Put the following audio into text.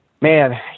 man